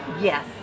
Yes